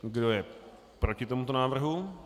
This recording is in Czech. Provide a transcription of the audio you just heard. Kdo je proti tomuto návrhu?